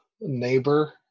neighbor